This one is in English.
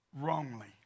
wrongly